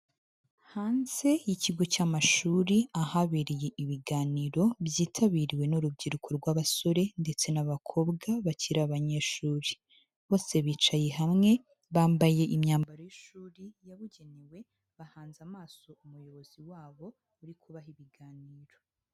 Hanze y'ikigo cy'amashuri ahabereye ibiganiro byitabiriwe n'urubyiruko rw'abasore ndetse n'abakobwa bakiri abanyeshuri. Bose bicaye hamwe bambaye imyambaro y'ishuri yabugenewe, bahanze amaso umuyobozi wabo uri kubaha ibiganiro.